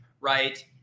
right